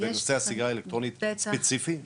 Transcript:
בנושא הסיגריות האלקטרוניות ספציפי?